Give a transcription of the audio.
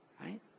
Right